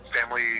family